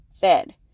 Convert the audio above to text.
fed